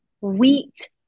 wheat